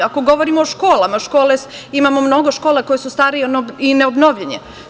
Ako govorimo o školama, imamo mnogo škola koje su starije i ne obnovljene.